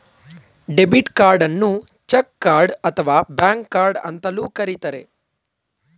debit ಕಾರ್ಡನ್ನು check card ಅಥವಾ bank card ಅಂತಲೂ ಕರಿತರೆ